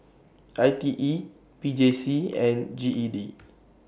I T E P J C and G E D